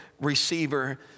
receiver